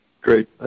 Great